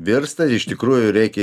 virsta ir iš tikrųjų reikia